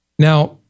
Now